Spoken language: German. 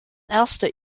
erster